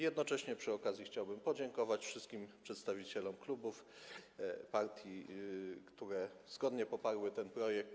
Jednocześnie przy okazji chciałbym podziękować wszystkim przedstawicielom klubów, partii, które zgodnie poparły ten projekt.